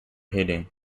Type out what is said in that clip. hitting